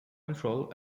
control